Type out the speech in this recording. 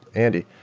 andy.